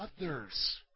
others